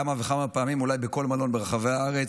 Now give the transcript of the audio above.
כמה וכמה פעמים אולי בכל מלון ברחבי הארץ,